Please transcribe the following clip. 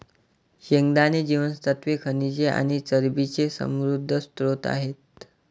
शेंगदाणे जीवनसत्त्वे, खनिजे आणि चरबीचे समृद्ध स्त्रोत आहेत